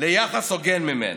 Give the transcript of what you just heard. ליחס הוגן ממנה.